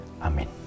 Amen